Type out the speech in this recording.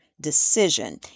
decision